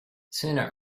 sooner